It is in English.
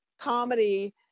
comedy